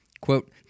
quote